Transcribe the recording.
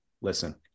listen